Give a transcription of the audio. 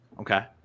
Okay